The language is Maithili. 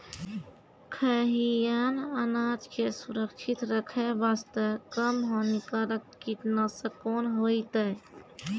खैहियन अनाज के सुरक्षित रखे बास्ते, कम हानिकर कीटनासक कोंन होइतै?